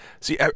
see